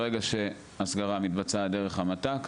ברגע שהסגרה מתבצעת דרך המת"ק,